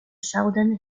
southern